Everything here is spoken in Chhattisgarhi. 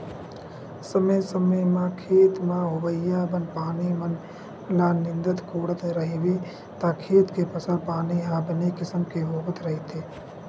समे समे म खेत म होवइया बन पानी मन ल नींदत कोड़त रहिबे त खेत के फसल पानी ह बने किसम के होवत रहिथे